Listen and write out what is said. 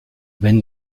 wenn